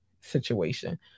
situation